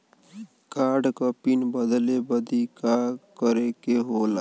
Card क PIN बदले बदी का करे के होला?